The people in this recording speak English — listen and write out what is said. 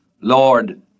Lord